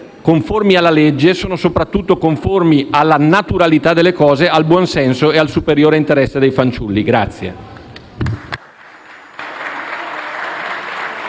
conformi alla legge, sono soprattutto conformi alla naturalità delle cose, al buon senso e al superiore interesse dei fanciulli.